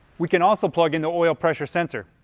we can also plug in the oil pressure sensor.